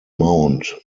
mound